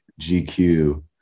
GQ